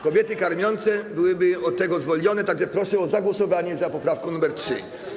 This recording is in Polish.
Kobiety karmiące byłyby z tego zwolnione, tak że proszę o zagłosowanie za poprawką nr 3.